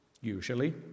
usually